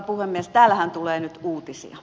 täällähän tulee nyt uutisia